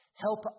Help